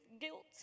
guilt